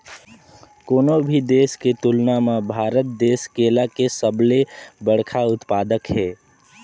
कोनो भी देश के तुलना म भारत देश केला के सबले बड़खा उत्पादक हे